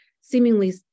seemingly